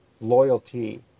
loyalty